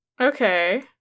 Okay